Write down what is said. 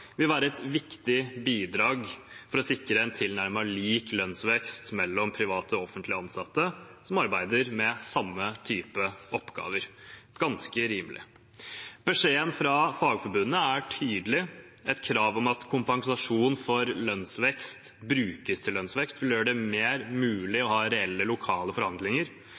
vil være et viktig bidrag til å sikre en tilnærmet lik lønnsvekst mellom privat og offentlig ansatte som arbeider med samme type oppgaver – ganske rimelig. Beskjeden fra Fagforbundet er tydelig. Et krav om at kompensasjon for lønnsvekst brukes til lønnsvekst, vil gjøre det mulig å ha mer reelle lokale forhandlinger.